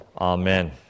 Amen